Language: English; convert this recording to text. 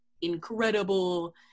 incredible